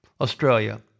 Australia